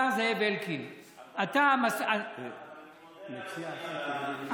השר זאב אלקין, אני מודה לאדוני על,